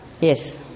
Yes